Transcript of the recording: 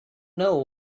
know